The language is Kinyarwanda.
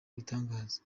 ibitangaza